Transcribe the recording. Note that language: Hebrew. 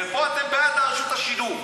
ופה אתם בעד רשות השידור,